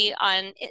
on